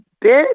bit